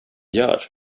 gör